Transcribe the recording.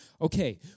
okay